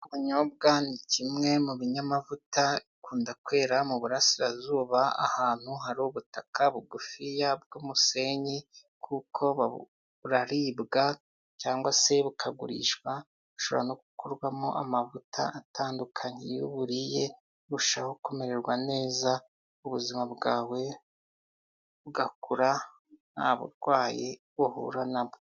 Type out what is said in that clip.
Ubyobwa ni kimwe mu binyamavuta, bukunda kwera mu Burasirazuba, ahantu hari ubutaka bugufiya bw'umusenyi, kuko buraribwa cyangwa se bukagurishwa, bushobora no gukorwamo amavuta atandukanye. Iyo uburiye, urushaho kumererwa neza, ubuzima bwawe bugakura nta burwayi buhura na bwo.